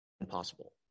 impossible